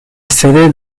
sede